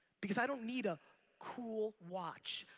because i don't need a cool watch.